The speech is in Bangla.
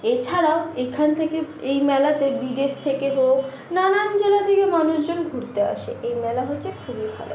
এছাড়াও এখান থেকে এই মেলাতে বিদেশ থেকে লোক নানান জায়গা থেকে মানুষজন ঘুরতে আসে এই মেলা হচ্ছে মেলা